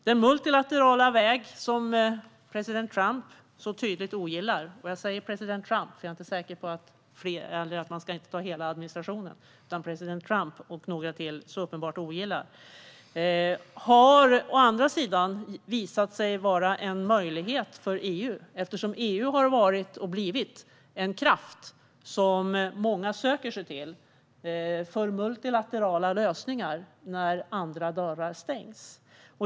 Den multilaterala väg som president Trump och några till så tydligt och uppenbart ogillar - jag är inte säker på att det gäller hela administrationen - har i stället visat sig vara en möjlighet för EU, eftersom EU har blivit en kraft som många söker sig till för multilaterala lösningar när andra dörrar stängts.